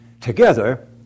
Together